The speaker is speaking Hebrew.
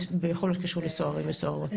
בכל הקשור לסוהרים וסוהרות,